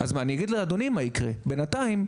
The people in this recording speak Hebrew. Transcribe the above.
אני אגיד לאדוני מה יקרה: בינתיים,